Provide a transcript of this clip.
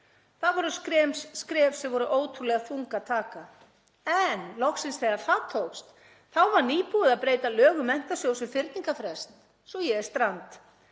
Það voru skref sem voru ótrúlega þung að taka. En loksins þegar það tókst þá var nýbúið að breyta lögum Menntasjóðs um fyrningarfrest svo ég er strand.